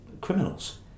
criminals